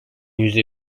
yüzde